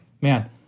man